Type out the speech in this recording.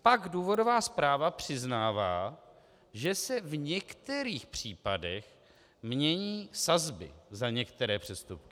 Pak důvodová zpráva přiznává, že se v některých případech mění sazby za některé přestupky.